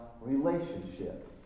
relationship